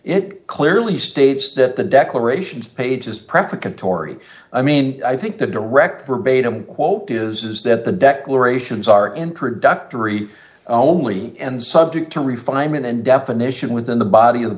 it clearly states that the declarations pages prefatory i mean i think the direct verbatim quote is is that the declarations are introductory only and subject to refinement and definition within the body of the